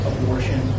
abortion